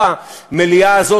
אנשים בארצות-הברית,